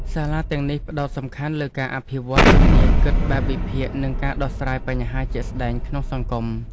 សាលាទាំងនេះផ្ដោតសំខាន់លើការអភិវឌ្ឍជំនាញគិតបែបវិភាគនិងការដោះស្រាយបញ្ហាជាក់ស្តែងក្នុងសង្គម។